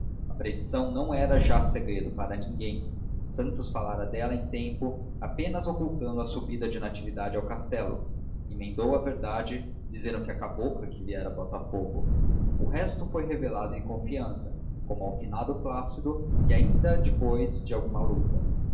a predição não era já segredo para ninguém santos falara dela em tempo apenas ocultando a subida de natividade ao castelo emendou a verdade dizendo que a cabocla é que viera a botafogo o resto foi revelado em confiança como ao finado plácido e ainda depois de alguma luta